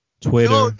Twitter